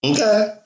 Okay